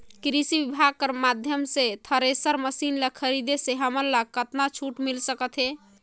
कृषि विभाग कर माध्यम से थरेसर मशीन ला खरीदे से हमन ला कतका छूट मिल सकत हे?